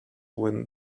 when